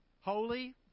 Holy